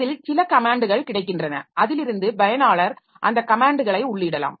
அதில் சில கமேன்ட்கள் கிடைக்கின்றன அதிலிருந்து பயனாளர் அந்த கமேன்ட்களை உள்ளிடலாம்